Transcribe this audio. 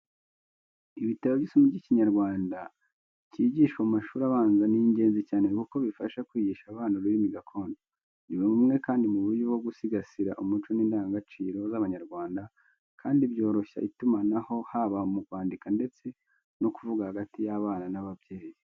Ibitabo by'isomo ry'Ikinyarwanda cyigishwa mu mashuri abanza ni ingenzi cyane kuko bifasha kwigisha abana ururimi gakondo. Ni bumwe kandi mu buryo bwo gusigasira umuco n'indangagaciro z'Abanyarwanda kandi byoroshya itumanaho haba mu kwandika ndetse no kuvuga hagati y'abana n'ababyeyi.